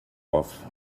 off